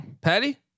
Patty